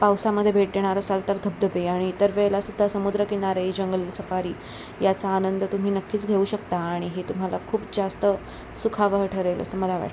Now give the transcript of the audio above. पावसामध्ये भेट देणार असाल तर धबधबे आणि तर वेळेलासुद्धा समुद्रकिनारे जंगलसफारी याचा आनंद तुम्ही नक्कीच घेऊ शकता आणि हे तुम्हाला खूप जास्त सुखावह ठरेल असं मला वाटतं